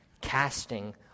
casting